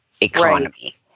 economy